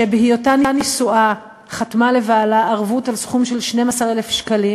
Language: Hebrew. שבהיותה נשואה חתמה לבעלה ערבות על סכום של 12,000 שקלים.